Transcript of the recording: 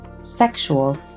sexual